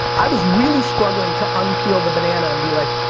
i was really struggling to unpeel the banana and be like,